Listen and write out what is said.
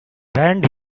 hand